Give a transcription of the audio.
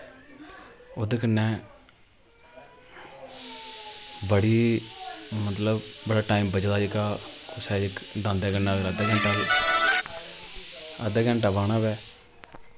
ओह्दे कन्नै बड़ी मतलब बड़ा टाइम बचदा जेह्का कुसै इक दांदै कन्नै अद्धै घैंटै बाह्ना होऐ